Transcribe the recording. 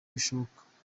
bishoboka